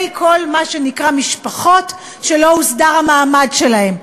כל מה שנקרא משפחות שלא הוסדר המעמד שלהן,